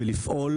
ולפעול.